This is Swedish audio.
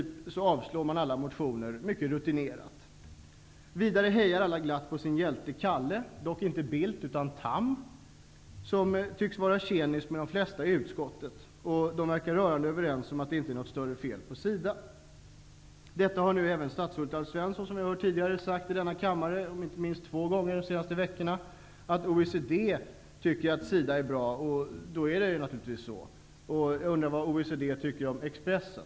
Därefter avstyrks alla motioner mycket rutinerat. Vidare hejar alla glatt på sin hjälte Calle, dock inte Bildt utan Tham, som tycks vara tjänis med de flesta i utskottet. Man verkar vara rörande överens om att det inte är något fel på SIDA. Statsrådet Alf Svensson har två gånger under de senaste veckorna sagt i denna kammare att OECD tycker att SIDA är bra. Då är det naturligtvis så. Jag undrar vad OECD tycker om Expressen.